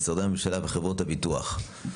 משרדי הממשלה וחברות הביטוח.